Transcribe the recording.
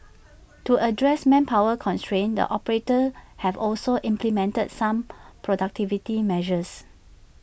to address manpower constraints the operators have also implemented some productivity measures